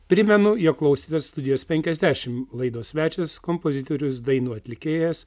primenu jog klausėtės studijos penkiasdešimt laidos svečias kompozitorius dainų atlikėjas